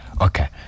okay